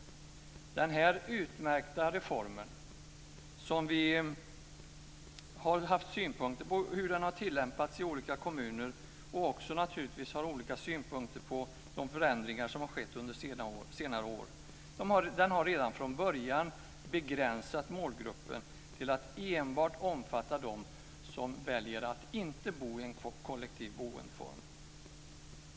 Vi har haft synpunkter på hur denna utmärkta reform tillämpats i olika kommuner, och vi har naturligtvis också olika synpunkter på de förändringar som har skett under senare år. De har redan från början begränsat målgruppen till att enbart omfatta dem som väljer att inte bo i en kollektiv boendeform.